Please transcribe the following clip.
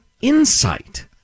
insight